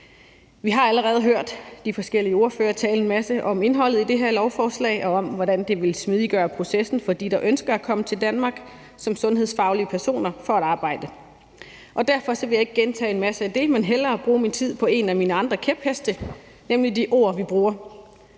Vi har allerede hørt de forskellige ordførere tale en masse om indholdet i det her lovforslag og om, hvordan det vil smidiggøre processen for dem, der ønsker at komme til Danmark for at arbejde som sundhedsfaglige personer. Derfor vil jeg ikke gentage en masse af det, men hellere bruge min tid på en af mine andre kæpheste, nemlig de ord, vi bruger.